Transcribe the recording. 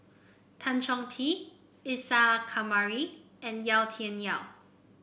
Tan Chong Tee Isa Kamari and Yau Tian Yau